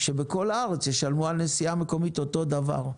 שבכל הארץ ישלמו על נסיעה מקומית אותו דבר.